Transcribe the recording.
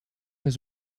his